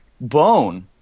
bone